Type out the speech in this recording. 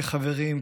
כחברים,